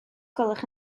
gwelwch